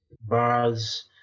bars